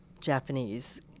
Japanese